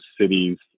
cities